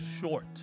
short